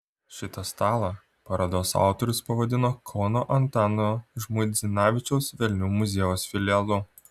šitą stalą parodos autorius pavadino kauno antano žmuidzinavičiaus velnių muziejaus filialu